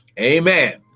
Amen